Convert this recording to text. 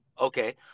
Okay